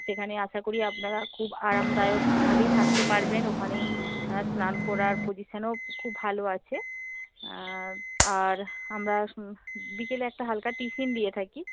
সেখানে আশা করি আপনারা খুব আরামদায়কভাবেই থাকতে পারবেন ওখানে স্নান করার পজিশনও খুব ভালো আছে আর আমরা বিকেলে একটা হালকা টিফিন দিয়ে থাকি